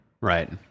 Right